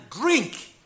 drink